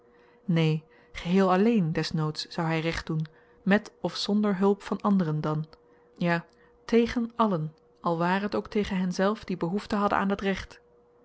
neen geheel alleen des noods zou hy recht doen met of zonder hulp van anderen dan ja tegen allen al ware t ook tegen henzelf die behoefte hadden aan dat recht